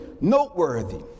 noteworthy